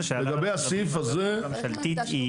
לגבי הסעיף הזה ------ שעליו הממשלתית היא